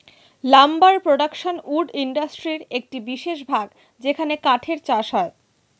lumber production wood ইন্ডাস্ট্রির একটি বিশেষ ভাগ যেখানে কাঠের চাষ হয়